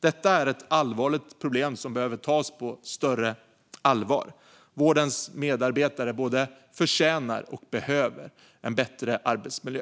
Detta är ett allvarligt problem som behöver tas på större allvar. Vårdens medarbetare både förtjänar och behöver en bättre arbetsmiljö.